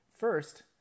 First